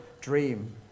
dream